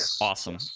awesome